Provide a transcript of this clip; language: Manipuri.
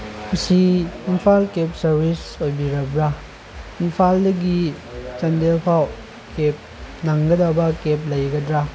ꯃꯁꯤ ꯏꯝꯐꯥꯜ ꯀꯦꯕ ꯁꯔꯚꯤꯁ ꯑꯣꯏꯕꯤꯔꯕ꯭ꯔꯥ ꯏꯝꯐꯥꯜꯗꯒꯤ ꯆꯥꯟꯗꯦꯜ ꯐꯥꯎ ꯀꯦꯕ ꯅꯪꯒꯗꯕ ꯀꯦꯕ ꯂꯩꯒꯗ꯭ꯔꯥ